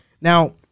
Now